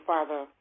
Father